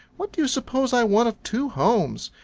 what do you suppose i want of two homes?